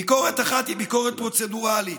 ביקורת אחת היא ביקורת פרוצדורלית,